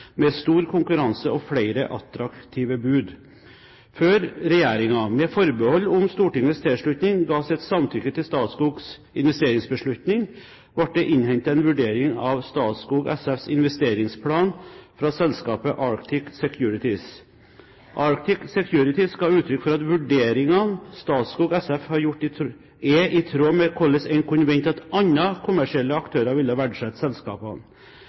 med stor konkurranse og flere attraktive bud. Før regjeringen – med forbehold om Stortingets tilslutning – ga sitt samtykke til Statskogs investeringsbeslutning, ble det innhentet en vurdering av Statskog SFs investeringsplan fra selskapet Arctic Securities. Arctic Securities ga uttrykk for at vurderingene Statskog SF har gjort, er i tråd med hvordan en kunne vente at andre kommersielle aktører ville verdsette selskapene.